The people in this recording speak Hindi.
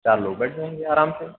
चार लोग बैठ जाएंगे आराम से